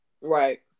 Right